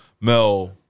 Mel